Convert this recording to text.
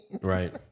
Right